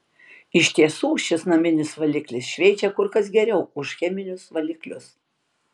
iš tiesų šis naminis valiklis šveičia kur kas geriau už cheminius valiklius